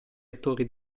attori